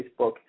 Facebook